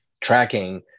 tracking